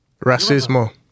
racismo